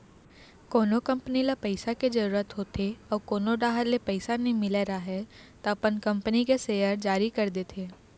कोनो कंपनी ल पइसा के जरूरत होथे अउ कोनो डाहर ले पइसा नइ मिलत राहय त अपन कंपनी के सेयर जारी कर देथे